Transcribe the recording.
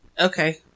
Okay